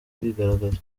kwigaragaza